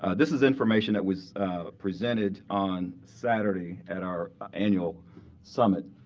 ah this is information that was presented on saturday at our annual summit.